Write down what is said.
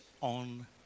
on